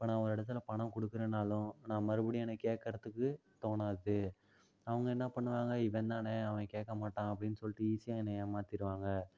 இப்போ நான் ஒரு இடத்துல பணம் கொடுக்குறனாலும் நான் மறுபடியும் எனக் கேட்கறதுக்கு தோணாது அவங்க என்ன பண்ணுவாங்க இவன்தானே அவன் கேட்க மாட்டான் அப்படின்னு சொல்லிட்டு ஈஸியாக என்ன ஏமாற்றிருவாங்க